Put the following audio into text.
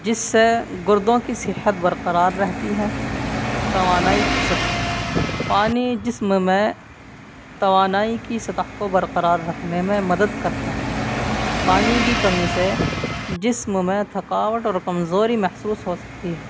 جس سے گردوں کی صحت برقرار رہتی ہے توانائی کی سطح پانی جسم میں توانائی کی سطح کو برقرار رکھنے میں مدد کرتا ہے پانی کی کمی سے جسم میں تھکاوٹ اور کمزوری محسوس ہو سکتی ہے